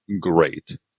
great